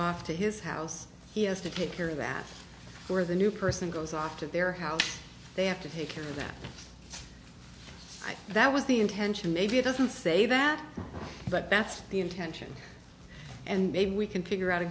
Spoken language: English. off to his house he has to take care of that for the new person goes off to their house they have to take care of that i thought that was the intention maybe it doesn't say that but that's the intention and maybe we can figure out a